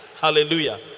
hallelujah